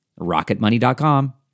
rocketmoney.com